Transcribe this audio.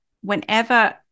whenever